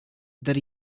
that